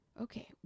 okay